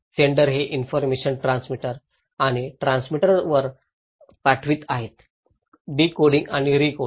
sender हे information transmitter आणि ट्रान्समीटरवर पाठवित आहेत डीकोडिंग आणि रीकोडिंग